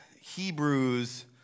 Hebrews